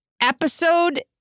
episode